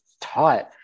tight